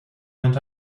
went